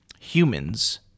humans